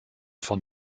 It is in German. von